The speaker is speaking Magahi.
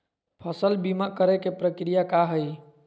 फसल बीमा करे के प्रक्रिया का हई?